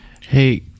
Hey